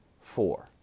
four